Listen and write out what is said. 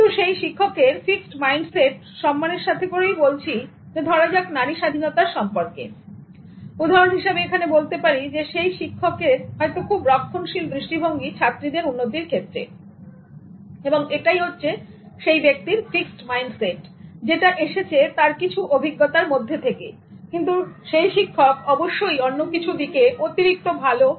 কিন্তু সেই শিক্ষকের এর ফিক্সড মাইন্ডসেট সম্মানের সাথে বলছি ধরা যাক নারী স্বাধীনতা সম্পর্কে উদাহরণ হিসেবে বলতে পারি এক্ষেত্রে সেই শিক্ষকের হয়তো খুব রক্ষণশীল দৃষ্টিভঙ্গি ছাত্রীদের উন্নতির ক্ষেত্রে সুতরাং এটাই হচ্ছে ফিক্সট মাইন্ডসেট যেটা এসেছে তার কিছু অভিজ্ঞতার মধ্য থেকে কিন্তু সেই শিক্ষক অবশ্যই অন্যকিছু দিকে অতিরিক্ত ভালো